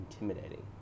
intimidating